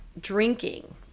drinking